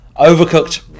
overcooked